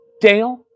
Dale